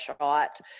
shot